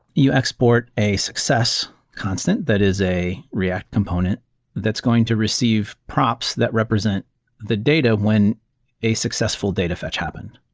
you export a success constant, that is a react component that's going to receive props that represent the data when a successful data fetch happened.